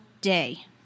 day